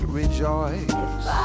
rejoice